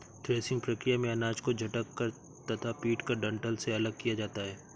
threshing प्रक्रिया में अनाज को झटक कर तथा पीटकर डंठल से अलग किया जाता है